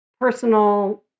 personal